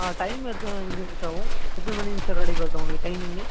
ஆ time எத்தனை இதுங்க sir ஆகும் எத்தனை மணிங்க சார் கடைக்கு வரட்டும் உங்கள் டைமிங்கு